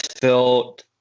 felt